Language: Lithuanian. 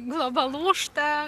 globa lūžta